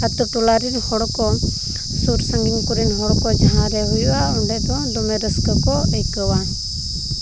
ᱟᱛᱳ ᱴᱚᱞᱟ ᱠᱚᱨᱮᱱ ᱦᱚᱲ ᱠᱚ ᱥᱩᱨ ᱥᱟᱺᱜᱤᱧ ᱠᱚᱨᱮᱱ ᱦᱚᱲ ᱠᱚ ᱡᱟᱦᱟᱸ ᱨᱮ ᱦᱩᱭᱩᱜᱼᱟ ᱚᱸᱰᱮ ᱫᱚ ᱫᱚᱢᱮ ᱨᱟᱹᱥᱠᱟᱹ ᱠᱚ ᱟᱹᱭᱠᱟᱹᱣᱟ